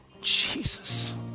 Jesus